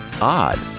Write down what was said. odd